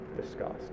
discussed